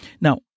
Now